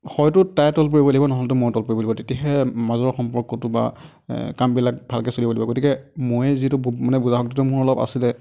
হয়তো তাই তল পৰিব লাগিব নহ'লেতো মই তল পৰিব লাগিব তেতিয়াহে মাজৰ সম্পৰ্কটো বা কামবিলাক ভালকৈ চলিব দিব গতিকে ময়ে যিহেতু ব মানে বুজা শক্তিটো মোৰ অলপ আছিলে